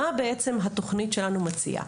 מה התוכנית שלנו מציעה?